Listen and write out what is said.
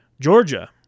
Georgia